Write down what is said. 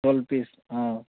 twelve piece ah